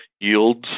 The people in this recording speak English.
yields